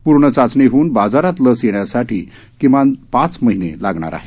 पूर्ण चाचणी होऊन बाजारात लस येण्यासाठी किमान पाच महिने लागणार आहेत